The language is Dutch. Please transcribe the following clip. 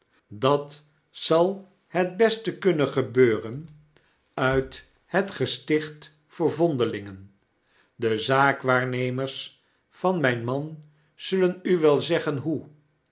dat zal het best kunnen gebeuren uit het gesticht voor vondelingen de zaakwaarnemers van mijn man zullen u wel zeggen hoe